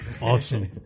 Awesome